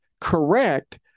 correct